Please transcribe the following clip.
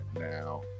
now